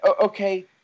okay